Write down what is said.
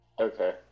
Okay